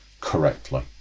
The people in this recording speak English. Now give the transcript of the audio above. correctly